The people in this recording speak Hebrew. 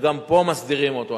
ופה מסדירים גם אותו.